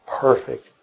perfect